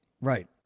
right